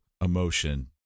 emotion